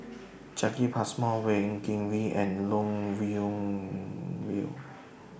Jacki Passmore Wee Kim Wee and Lee Wung Yew